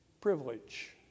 privilege